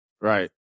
Right